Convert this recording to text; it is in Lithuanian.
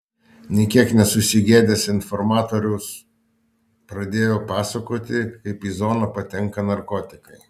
nė kiek nesusigėdęs informatorius pradėjo pasakoti kaip į zoną patenka narkotikai